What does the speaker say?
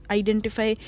identify